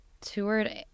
toured